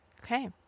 Okay